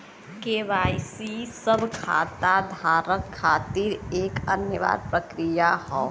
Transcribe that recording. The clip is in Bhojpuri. के.वाई.सी सब खाता धारक खातिर एक अनिवार्य प्रक्रिया हौ